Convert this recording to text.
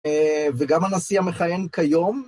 וגם הנשיא המכהן כיום.